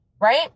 right